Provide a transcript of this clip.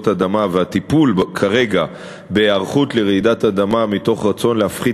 אדמה והטיפול כרגע בהיערכות לרעידת אדמה מתוך רצון להפחית,